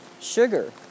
sugar